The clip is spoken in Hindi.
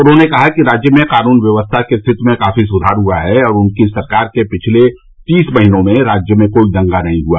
उन्होंने कहा कि राज्य में कानून व्यवस्था की स्थिति में काफी सुधार हुआ है और उनकी सरकार के पिछले तीस महीनों में राज्य में कोई दंगा नहीं हुआ